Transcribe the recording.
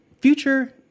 Future